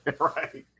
Right